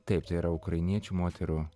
taip tai yra ukrainiečių moterų